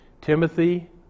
Timothy